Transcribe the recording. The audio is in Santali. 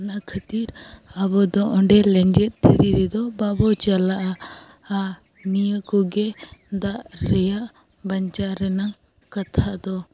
ᱚᱱᱟ ᱠᱷᱟᱹᱛᱤᱨ ᱟᱵᱚ ᱫᱚ ᱚᱸᱰᱮ ᱞᱮᱸᱡᱮᱫ ᱫᱷᱤᱨᱤ ᱨᱮᱫᱚ ᱵᱟᱵᱚ ᱪᱟᱞᱟᱜᱼᱟ ᱟᱨ ᱱᱤᱟᱹ ᱠᱚᱜᱮ ᱫᱟᱜ ᱨᱮᱭᱟᱜ ᱵᱟᱧᱪᱟᱜ ᱨᱮᱱᱟᱝ ᱠᱟᱛᱷᱟ ᱫᱚ